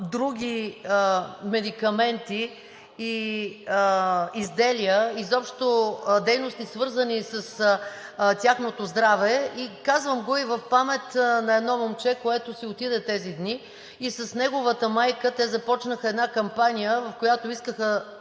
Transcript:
други медикаменти и изделия, изобщо дейности, свързани с тяхното здраве. Казвам го и в памет на едно момче, което си отиде тези дни, и в подкрепа на неговата майка. Те започнаха една кампания, в която искаха